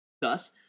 Thus